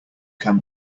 can